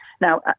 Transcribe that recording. Now